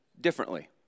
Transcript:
differently